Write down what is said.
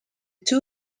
two